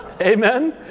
Amen